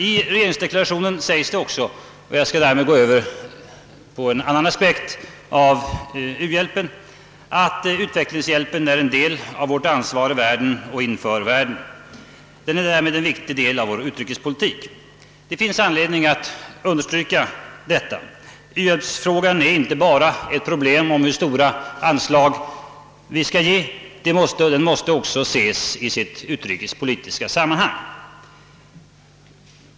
I regeringsdeklarationen sägs det också — och jag skall därmed gå över till en annan aspekt av u-hjälpen — att »utvecklingshjälpen är en del av vårt ansvar i världen och inför världen. Den är därmed en viktig del av vår utrikespolitik.» Det finns anledning att understryka detta. U-hjälpsfrågan är inte bara ett problem om hur stora anslag vi skall ge — den måste också ses i sitt utrikespolitiska sammanhang.